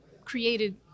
created